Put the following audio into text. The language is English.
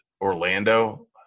Orlando